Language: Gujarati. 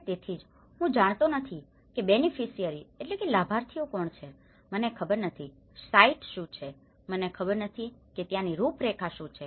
અને તેથી જ હું જાણતો નથી કે બેનીફીસીઅરીbeneficiaryલાભાર્થીઓ કોણ છે મને ખબર નથી સાઇટ શું છે મને ખબર નથી કે ત્યાંની રૂપરેખા શું છે